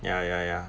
ya ya ya